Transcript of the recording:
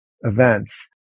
events